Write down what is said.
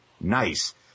nice